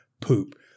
poop